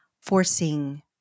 forcing